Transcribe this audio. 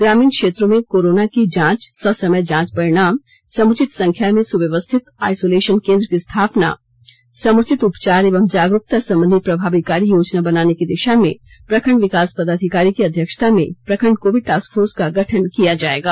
ग्रामीण क्षेत्रों में कोरोना की जांच ससमय जांच परिणाम समुचित संख्या में सुव्यवरिथत आइसोलेशन केंद्र की स्थापना समुचित उपचार एवं जागरूकता संबंधी प्रभावी कार्य योजना बनाने की दिशा में प्रखंड विकास पदाधिकारी की अध्यक्षता में प्रखंड कोविड टास्क फोर्स का गठन किया जायेगा